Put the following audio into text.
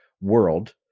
world